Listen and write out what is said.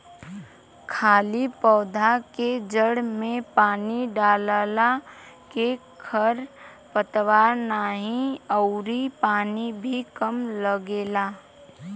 खाली पौधा के जड़ में पानी डालला के खर पतवार नाही अउरी पानी भी कम लगेला